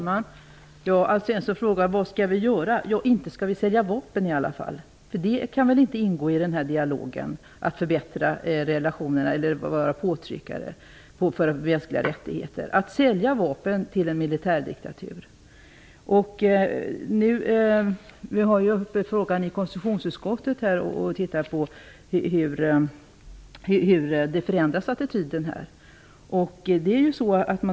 Herr talman! Alf Svensson frågar vad vi skall göra. Ja, inte skall vi sälja vapen i alla fall. Det ingår väl inte i dialogen för att förbättra relationerna eller för att vara påtryckare för de mänskliga rättigheterna att sälja vapen till diktaturer. I konstitutionsutskottet tittar vi på hur attityden här förändrats.